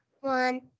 One